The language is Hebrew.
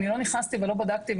אני לא נכנסתי ולא בדקתי,